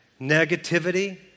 Negativity